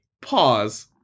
pause